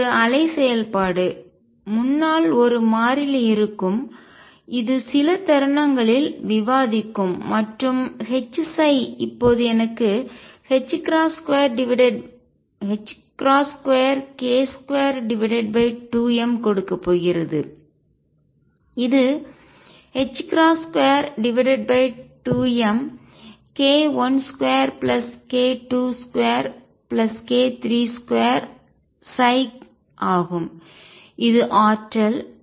இது ஒரு அலை செயல்பாடு முன்னால் ஒரு மாறிலி இருக்கும் இது சில தருணங்களில் விவாதிக்கும் மற்றும் Hψ இப்போது எனக்கு 2k22mகொடுக்க போகிறது இது 22mk12k22k32 ψ ஆகும் இது ஆற்றல்